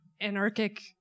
anarchic